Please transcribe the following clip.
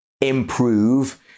improve